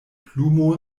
plumo